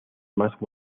más